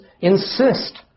insist